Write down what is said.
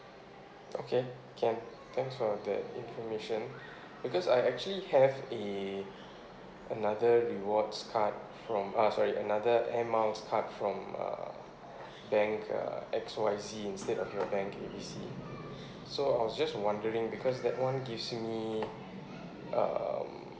okay can thanks for the information because I actually have a another rewards card from uh sorry another air miles card from uh bank uh X Y Z instead of your bank A B C so I was just wondering because that one gives me um